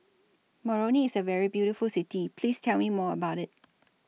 Moroni IS A very beautiful City Please Tell Me More about IT